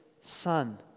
son